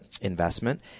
investment